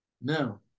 Now